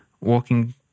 walking